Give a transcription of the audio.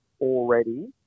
already